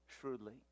shrewdly